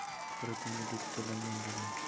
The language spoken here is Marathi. प्रातिनिधिक चलन म्हणजे काय?